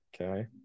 okay